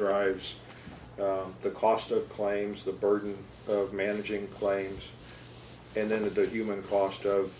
drives up the cost of claims the burden of managing claims and then the human cost of